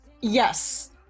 Yes